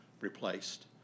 replaced